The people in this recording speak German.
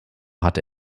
hatte